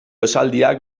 esaldiak